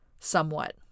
somewhat